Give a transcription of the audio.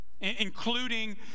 including